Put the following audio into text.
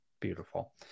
Beautiful